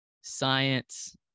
science